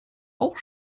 auch